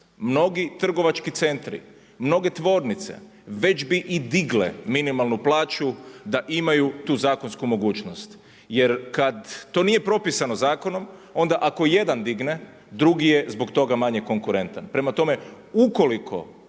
Mnogi trgovački centri, mnoge tvornice već bi i digle minimalnu plaću da imaju tu zakonsku mogućnost. Jer kada to nije propisano zakonom onda ako jedan digne, drugi je zbog toga manje konkurentan. Prema tome, ukoliko